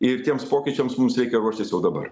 ir tiems pokyčiams mums reikia ruoštis jau dabar